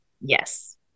Yes